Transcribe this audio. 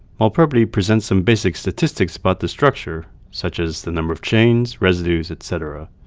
molprobity presents some basic statistics about the structure, such as the number of chains, residues, etc.